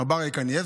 הרב אריה קנייבסקי.